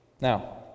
Now